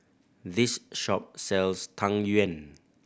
this shop sells Tang Yuen